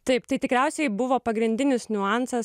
taip tai tikriausiai buvo pagrindinis niuansas